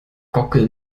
gockel